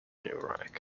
iraq